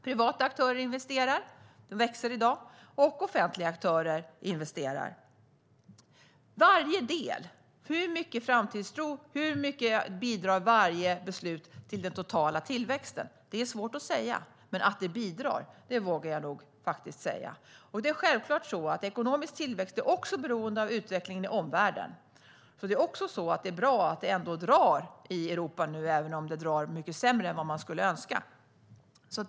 Privata aktörer investerar - det växer i dag - och offentliga aktörer investerar. Hur mycket bidrar varje beslut till den totala tillväxten? Det är svårt att säga. Men att det bidrar vågar jag faktiskt säga. Ekonomisk tillväxt är självklart också beroende av utvecklingen i omvärlden. Det är bra att det ändå drar i Europa nu, även om det drar mycket sämre än vad man skulle önska.